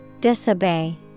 Disobey